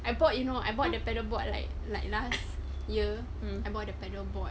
I bought you know I bought the pedal boat like like last year I bought the pedal board